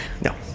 no